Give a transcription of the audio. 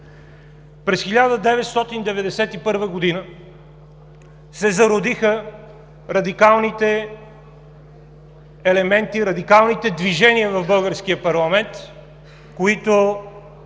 През 1991 г. се зародиха радикалните елементи, радикалните движения в българския парламент, които